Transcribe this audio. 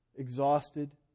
exhausted